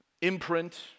imprint